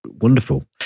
Wonderful